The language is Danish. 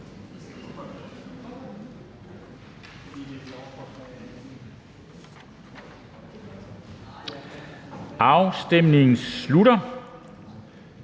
Afstemningen slutter.